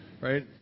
right